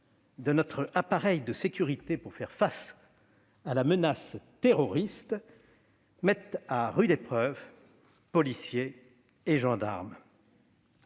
de notre appareil de sécurité pour faire face à la menace terroriste, mettent à rude épreuve policiers et gendarmes.